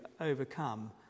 overcome